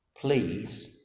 Please